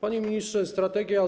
Panie Ministrze! „Strategia